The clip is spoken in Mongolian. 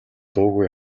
дуугүй